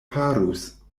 farus